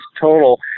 total